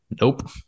Nope